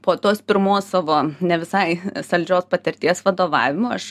po tos pirmos savo ne visai saldžios patirties vadovavimo aš